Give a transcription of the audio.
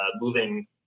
moving